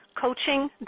coaching